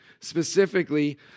specifically